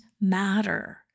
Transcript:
matter